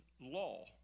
law